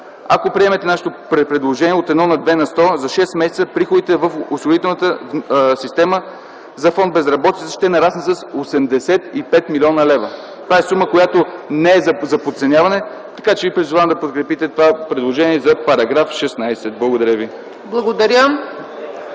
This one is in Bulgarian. Ако приемете нашето предложение от 1 на 2 на сто, за шест месеца приходите в осигурителната система за Фонд „Безработица” ще нараснат с 85 млн. лв. Това е сума, която не е за подценяване, така че ви призовавам да подкрепите това предложение за § 16. Благодаря ви.